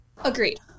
Agreed